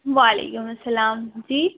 وعلیکم السّلام جی